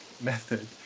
method